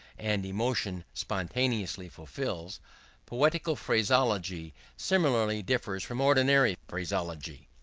and emotion spontaneously fulfils poetical phraseology similarly differs from ordinary phraseology.